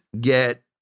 get